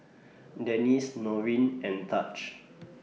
Denese Norine and Taj